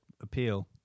appeal